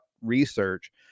research